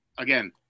Again